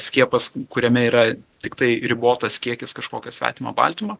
skiepas kuriame yra tiktai ribotas kiekis kažkokio svetimo baltymo